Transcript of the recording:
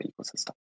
ecosystem